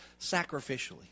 sacrificially